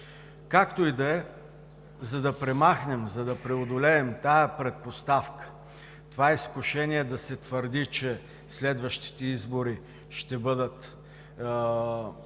Както и да е, за да премахнем, за да преодолеем тази предпоставка, това изкушение да се твърди, че следващите избори ще бъдат